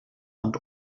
und